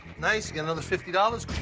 nice, you got another fifty dollars.